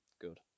Good